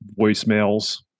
voicemails